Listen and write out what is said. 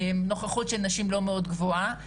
נוכחות של נשים לא מאוד גבוהה,